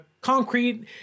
concrete